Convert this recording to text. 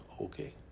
Okay